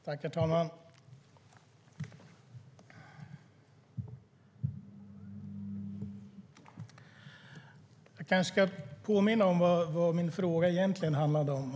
Herr talman! Jag kanske ska påminna om vad min fråga egentligen handlade om.